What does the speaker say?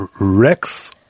Rex